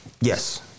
Yes